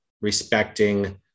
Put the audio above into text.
respecting